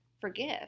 forgive